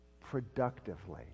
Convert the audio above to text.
productively